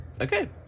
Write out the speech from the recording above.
Okay